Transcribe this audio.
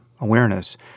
awareness